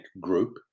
Group